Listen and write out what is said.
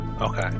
Okay